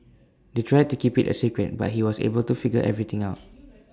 they tried to keep IT A secret but he was able to figure everything out